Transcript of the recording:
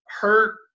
hurt